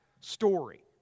story